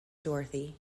dorothy